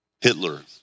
Hitler